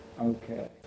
Okay